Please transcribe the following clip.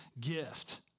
gift